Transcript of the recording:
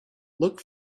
look